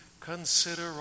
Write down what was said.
Consider